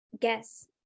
Guess